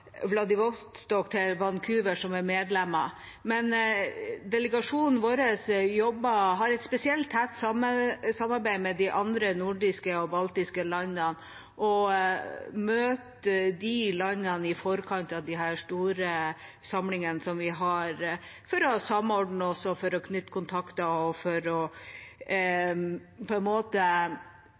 til Vancouver, som er medlemmer. Delegasjonen vår har et spesielt tett samarbeid med de andre nordiske og baltiske landene og møter dem i forkant av de store samlingene vi har, for å samordne oss, knytte kontakter og sammen se på